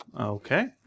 Okay